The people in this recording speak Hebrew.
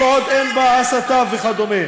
כל עוד אין בה הסתה וכדומה.